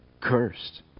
cursed